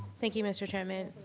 thank you, mr. chairman.